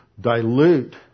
dilute